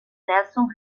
nelson